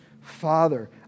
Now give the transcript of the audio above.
Father